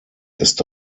ist